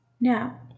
Now